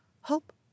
Hope